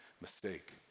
mistake